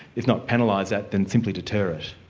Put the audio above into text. if not penalise that, then simply deter it.